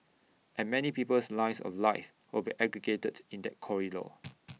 and many people's lines of life will be aggregated in that corridor